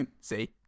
See